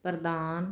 ਪ੍ਰਦਾਨ